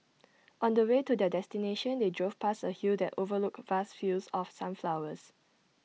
on the way to their destination they drove past A hill that overlooked vast fields of sunflowers